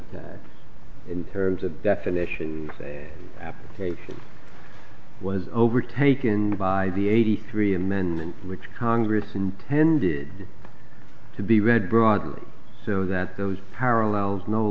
that in terms of definition application was overtaken by the eighty three amendment which congress intended to be read broadly so that those parallels no